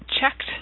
checked